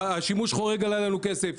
השימוש החורג עלה לנו כסף,